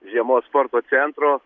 žiemos sporto centro